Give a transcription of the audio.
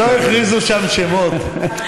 לא הכריזו שם שמות.